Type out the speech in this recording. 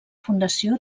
fundació